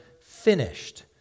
finished